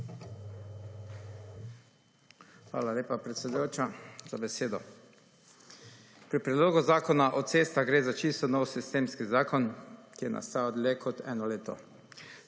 Hvala lepa, predsedujoča, za besedo. Pri Predlogu Zakona o cestah gre za čisto novi sistemski zakon, ki je nastal dlje kot eno leto.